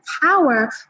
power